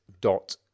dot